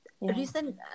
recent